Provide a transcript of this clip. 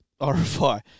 Orify